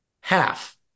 half